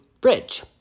bridge